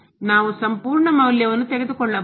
ನಾವು ಸಂಪೂರ್ಣ ಮೌಲ್ಯವನ್ನು ತೆಗೆದುಕೊಳ್ಳಬಹುದು